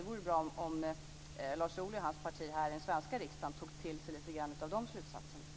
Det vore bra om Lars Ohly och hans parti här i den svenska riksdagen tog till sig lite grann av de slutsatserna.